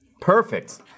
Perfect